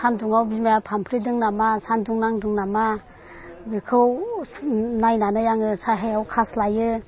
सान्दुंआव बिमाया फानफ्रेदों नामा मा सान्दुं नांदों नामा बेखौ नायनानै आंङो सायायाव खास्लायो